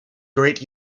great